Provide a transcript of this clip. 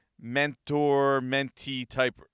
mentor-mentee-type